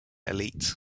elite